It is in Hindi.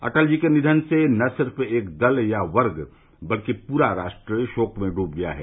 अटल जी के निवन से न सिर्फ एक दल या वर्ग बल्क पूरा राष्ट्र शोक में डूब गया है